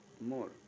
more